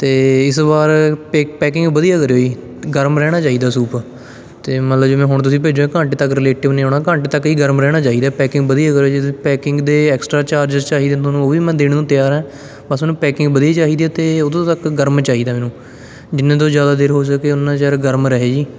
ਅਤੇ ਇਸ ਵਾਰ ਪੇ ਪੈਕਿੰਗ ਵਧੀਆ ਕਰਿਓ ਜੀ ਗਰਮ ਰਹਿਣਾ ਚਾਹੀਦਾ ਸੂਪ ਅਤੇ ਮਤਲਬ ਜਿਵੇਂ ਹੁਣ ਤੁਸੀਂ ਭੇਜੋ ਘੰਟੇ ਤੱਕ ਰਿਲੇਟਿਵ ਨੇ ਆਉਣਾ ਘੰਟੇ ਤੱਕ ਹੀ ਗਰਮ ਰਹਿਣਾ ਚਾਹੀਦਾ ਪੈਕਿੰਗ ਵਧੀਆ ਕਰੋ ਪੈਕਿੰਗ ਦੇ ਐਕਸਟਰਾ ਚਾਰਜਿਸ ਚਾਹੀਦੇ ਤੁਹਾਨੂੰ ਉਹ ਵੀ ਮੈਂ ਦੇਣ ਨੂੰ ਤਿਆਰ ਹੈ ਬਸ ਮੈਨੂੰ ਪੈਕਿੰਗ ਵਧੀਆ ਚਾਹੀਦੀ ਹੈ ਅਤੇ ਉਦੋਂ ਤੱਕ ਗਰਮ ਚਾਹੀਦਾ ਮੈਨੂੰ ਜਿੰਨੇ ਤੋਂ ਜ਼ਿਆਦਾ ਦੇਰ ਹੋ ਸਕੇ ਉਨਾਂ ਚਿਰ ਗਰਮ ਰਹੇ ਜੀ